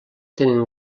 tenen